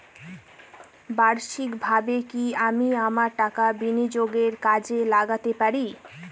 বার্ষিকভাবে কি আমি আমার টাকা বিনিয়োগে কাজে লাগাতে পারি?